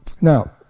Now